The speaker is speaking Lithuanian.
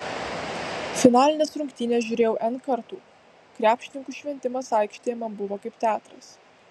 finalines rungtynes žiūrėjau n kartų krepšininkų šventimas aikštėje man buvo kaip teatras